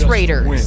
Raiders